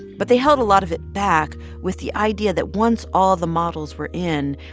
but they held a lot of it back with the idea that once all the models were in,